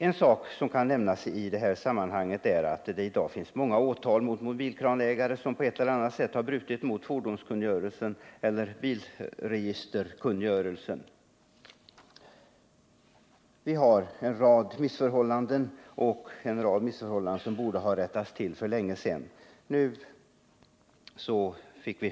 Det kan i sammanhanget nämnas att det nu har väckts många åtal mot mobilkransägare som på ett eller annat sätt har brutit mot fordonskungörelsen eller bilregisterkungörelsen. Det råder alltså en rad missförhållanden på det här området, som borde ha rättats till för länge sedan.